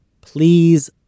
please